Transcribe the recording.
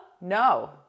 No